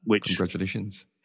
Congratulations